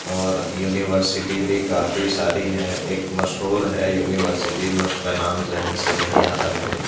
اور یونیورسٹی بھی کافی ساری ہیں ایک مشہور ہے یونیورسٹی میں اس کا نام ذہن سے نہیں آ رہا ہے میرے